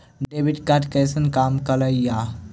Debit card कैसन काम करेया?